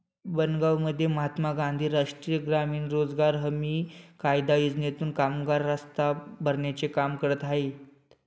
बनगावमध्ये महात्मा गांधी राष्ट्रीय ग्रामीण रोजगार हमी कायदा योजनेतून कामगार रस्ता भरण्याचे काम करत आहेत